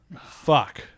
Fuck